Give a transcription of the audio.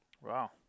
Wow